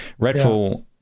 redfall